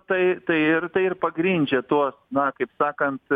tai tai ir tai ir pagrindžia tuos na kaip sakant